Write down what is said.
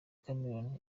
cameroon